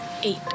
eight